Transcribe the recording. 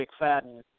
McFadden